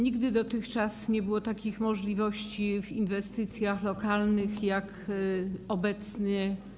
Nigdy dotychczas nie było takich możliwości w zakresie inwestycji lokalnych jak obecnie.